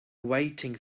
waiting